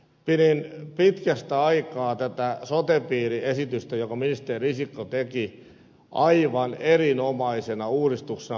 pidin pitkästä aikaa tätä sote piiriesitystä jonka ministeri risikko teki aivan erinomaisena uudistuksena monessakin mielessä